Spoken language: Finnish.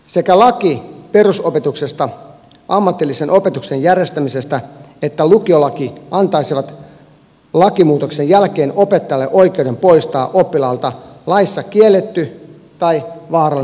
sekä laki perusopetuksesta ammatillisen opetuksen järjestämisestä että lukiolaki antaisivat lakimuutoksen jälkeen opettajalle oikeuden poistaa oppilaalta laissa kielletty tai vaarallinen esine